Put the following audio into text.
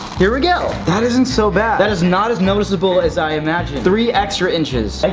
here we go! that isn't so bad. that is not as noticeable as i imagined. three extra inches. like